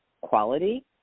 quality